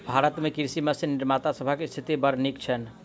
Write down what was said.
भारत मे कृषि मशीन निर्माता सभक स्थिति बड़ नीक छैन